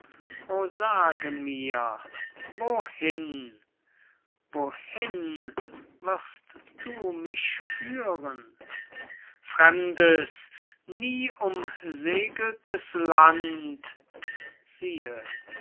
sage mir wohin wohin wirst du mich führen fremdes nie umsegeltes land siehe